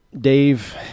Dave